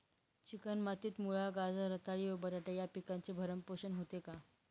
Chicken मातीत मुळा, गाजर, रताळी व बटाटे या पिकांचे भरण पोषण होते का?